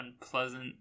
unpleasant